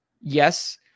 Yes